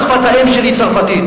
שפת האם שלי היא צרפתית,